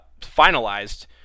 finalized